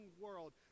world